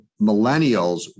millennials